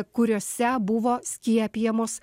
kuriose buvo skiepijamos